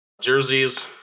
jerseys